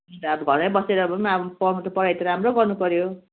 कि त अब घरै बसेर अब पढ्नु त पढाइ त राम्रो गर्नुपर्यो